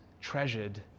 treasured